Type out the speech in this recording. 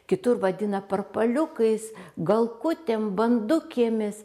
kitur vadina parpaliukais galkutėm bandukėmis